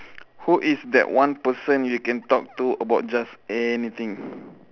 who is that one person you can talk to about just anything